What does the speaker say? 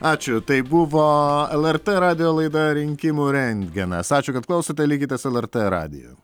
ačiū tai buvo lrt radijo laida rinkimų rentgenas ačiū kad klausot likite su lrt radiju